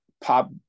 Pop